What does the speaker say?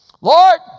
Lord